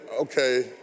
okay